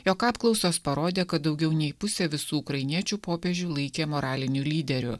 jog apklausos parodė kad daugiau nei pusė visų ukrainiečių popiežiu laikė moraliniu lyderiu